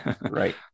right